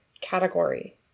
category